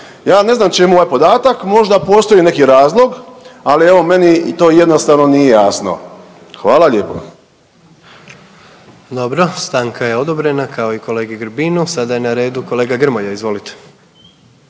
Ja ne znam čemu ovaj podatak, možda postoji neki razlog, ali evo meni to jednostavno nije jasno. Hvala lijepo. **Jandroković, Gordan (HDZ)** Dobro, stanka je odobrena kao i kolegi Grbinu. Sada je na redu kolega Grmoja, izvolite.